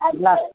ଆଜ୍ଞା